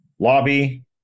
Lobby